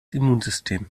immunsystem